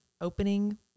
opening